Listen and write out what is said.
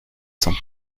sans